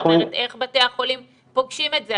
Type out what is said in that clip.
זאת אומרת איך בתי החולים פוגשים את זה,